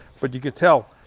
but you could tell,